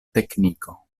tekniko